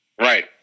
Right